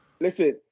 Listen